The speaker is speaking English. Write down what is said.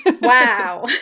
Wow